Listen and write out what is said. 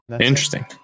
Interesting